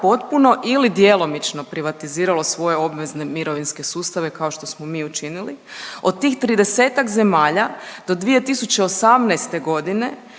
potpuno ili djelomično privatiziralo svoje obvezne mirovinske sustave kao što smo mi učinili. Od tih 30-ak zemalja do 2018. godine